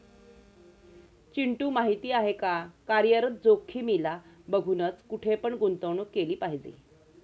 चिंटू माहिती आहे का? कार्यरत जोखीमीला बघूनच, कुठे पण गुंतवणूक केली पाहिजे